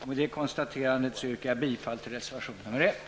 Med det konstaterandet yrkar jag bifall till reservation nr 1.